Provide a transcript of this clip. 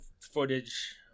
footage